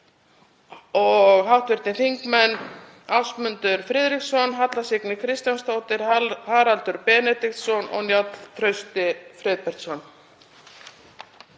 og hv. þingmenn Ásmundur Friðriksson, Halla Signý Kristjánsdóttir, Haraldur Benediktsson og Njáll Trausti Friðbertsson.